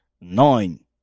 Nine